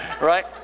right